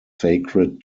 sacred